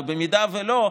ואם לא,